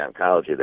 oncology